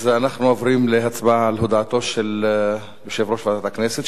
אז אנחנו עוברים להצבעה על הודעתו של יושב-ראש ועדת הכנסת,